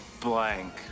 Blank